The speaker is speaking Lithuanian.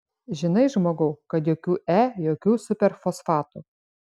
žinai žmogau kad jokių e jokių superfosfatų